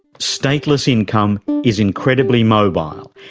stateless income is incredibly mobile,